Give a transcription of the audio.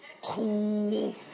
Cool